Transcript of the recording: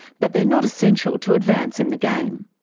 but they're not essential to advance in the game.